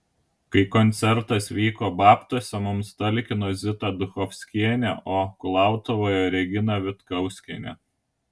kai koncertas vyko babtuose mums talkino zita duchovskienė o kulautuvoje regina vitkauskienė